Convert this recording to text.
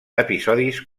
episodis